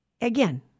again